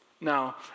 Now